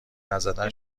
نزدن